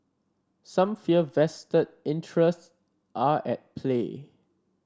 some fear vested interests are at play